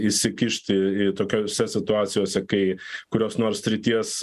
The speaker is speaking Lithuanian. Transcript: įsikišti tokiose situacijose kai kurios nors srities